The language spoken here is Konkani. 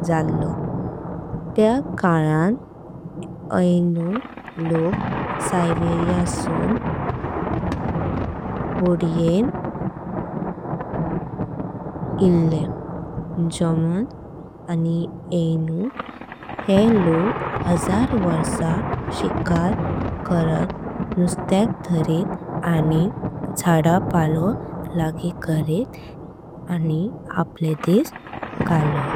झाल्लो त्या कालां आयनू लोक सायबेरिया। सून होडीयेंनी इल्ले जोमन आनी। आयनू हे लोक हजार वर्षा शिकार करत नुस्थेक धरत। आनी झाडा पाळो लागी करत आनी आपला दिस घालत।